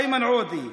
איימן עודה,